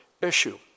issue